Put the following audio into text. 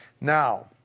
Now